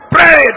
Pray